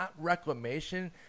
reclamation